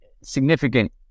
significant